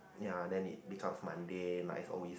ya then it becomes Monday like it's always